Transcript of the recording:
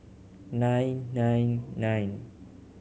nine nine nine